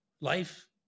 life